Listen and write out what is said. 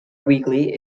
weekly